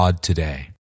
today